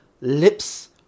lips